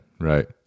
right